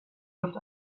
luft